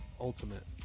Ultimate